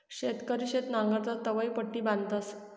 शेतकरी शेत नांगरतस तवंय पट्टी बांधतस